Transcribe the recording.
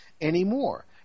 anymore